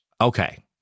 Okay